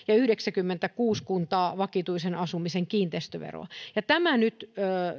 ja yhdeksänkymmentäkuusi kuntaa vakituisen asumisen kiinteistöveroa tämän nyt